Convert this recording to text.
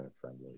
friendly